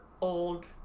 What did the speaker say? old